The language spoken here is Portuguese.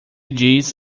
diz